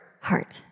heart